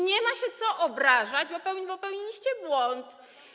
Nie ma się co obrażać, bo popełniliście błąd.